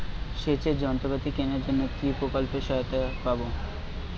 সেচের যন্ত্রপাতি কেনার জন্য কি প্রকল্পে সহায়তা পাব?